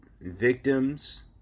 victims